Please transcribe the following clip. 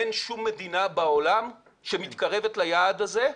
אין שום מדינה בעולם שמתקרבת ליעד הזה.